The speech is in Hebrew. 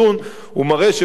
הוא מראה שב-2011,